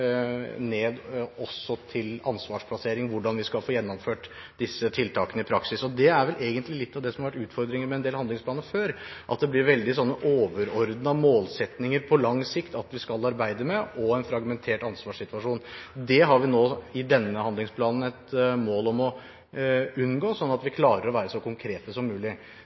ned også til ansvarsplassering og hvordan vi skal få gjennomført disse tiltakene i praksis. Litt av det som egentlig har vært utfordringen med en del handlingsplaner før, er at det blir veldig overordnede målsetninger på lang sikt vi skal arbeide med, og en fragmentert ansvarssituasjon. Det har vi nå i denne handlingsplanen et mål om å unngå sånn at vi klarer å være så konkrete som mulig.